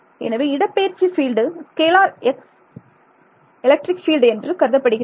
எனவே இடப்பெயர்ச்சி field scalar X electric field என்று கருதப்படுகிறது